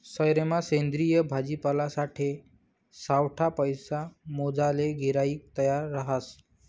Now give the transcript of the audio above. सयेरमा सेंद्रिय भाजीपालासाठे सावठा पैसा मोजाले गिराईक तयार रहास